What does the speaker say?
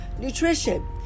nutrition